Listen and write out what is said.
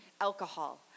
alcohol